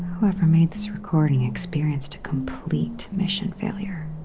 whoever made this recording experienced a complete mission failure